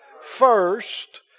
first